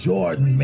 Jordan